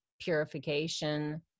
purification